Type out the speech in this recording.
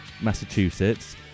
Massachusetts